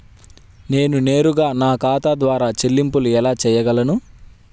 నేను నేరుగా నా ఖాతా ద్వారా చెల్లింపులు ఎలా చేయగలను?